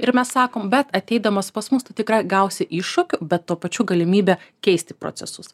ir mes sakom bet ateidamas pas mus tu tikrai gausi iššūkių bet tuo pačiu galimybė keisti procesus